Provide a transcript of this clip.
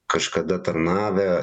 kažkada tarnavę